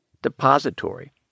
depository